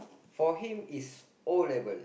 for him is O-level